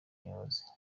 nyobozi